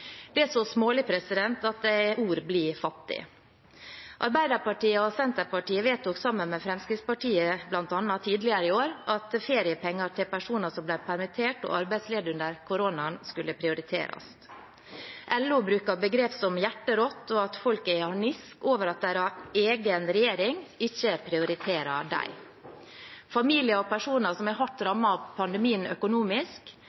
Det er så smålig at ord blir fattige. Arbeiderpartiet og Senterpartiet vedtok, sammen med bl.a. Fremskrittspartiet, tidligere i år at feriepenger til personer som ble permittert og arbeidsledige under koronaen, skulle prioriteres. LO bruker begrep som hjerterått og at folk er i harnisk over at deres egen regjering ikke prioriterer dem. Familier og personer som er hardt